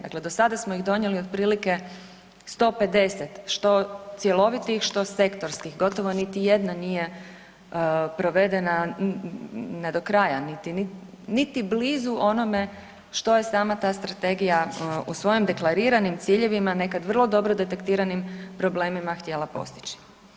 Dakle, do sada smo ih donijeli otprilike 150 što cjelovitih, što sektorskih, gotovo niti jedna nije provedena ne dokraja, niti, niti blizu onome što je sama ta strategija u svojim deklariranim ciljevima nekad vrlo dobro detektiranim problemima htjela postići.